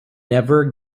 never